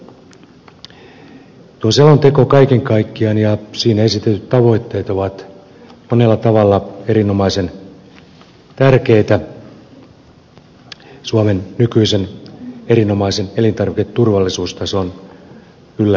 tuo selonteko kaiken kaikkiaan ja siinä esitetyt tavoitteet ovat monella tavalla erinomaisen tärkeitä suomen nykyisen erinomaisen elintarviketurvallisuustason ylläpitämiseksi